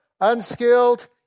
unskilled